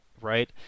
right